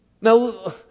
Now